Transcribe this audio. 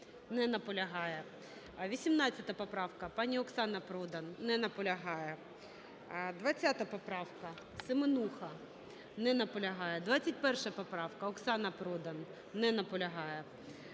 Не наполягає. 18 поправка, пані Оксана Продан. Не наполягає. 20 поправка, Семенуха. Не наполягає. 21 поправка, Оксана Продан. Не наполягає.